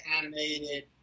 animated